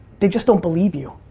they just don't believe you.